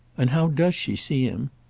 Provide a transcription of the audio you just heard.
and how does she see him?